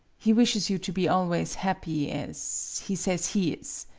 he wishes you to be always happy as he says he is.